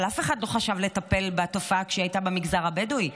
אבל אף אחד לא חשב לטפל בתופעה כשהיא הייתה במגזר הבדואי.